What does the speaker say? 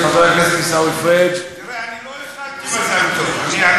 שבורא עולם ייתן לך אורך ימים ושנות חיים.